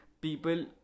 people